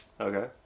Okay